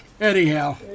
anyhow